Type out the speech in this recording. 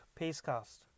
pacecast